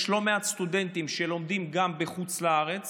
יש גם לא מעט סטודנטים שלומדים בחוץ לארץ